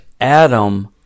Adam